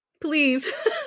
Please